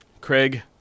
Craig